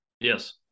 yes